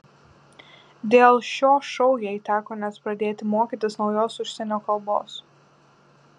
dėl šio šou jai teko net pradėti mokytis naujos užsienio kalbos